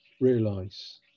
realize